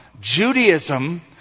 Judaism